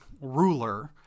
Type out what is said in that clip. ruler